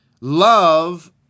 Love